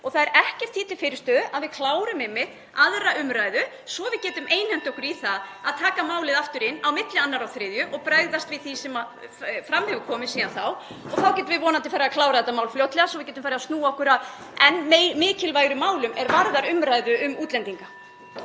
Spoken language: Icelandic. og það er ekkert því til fyrirstöðu að við klárum 2. umr. svo við getum einhent okkur í það að taka málið aftur inn á milli 2. og 3. umr. og bregðast við því sem fram hefur komið síðan þá. Þá getum við vonandi farið að klára þetta mál fljótlega svo við getum farið að snúa okkur að enn mikilvægari málum er varða umræðu um útlendinga.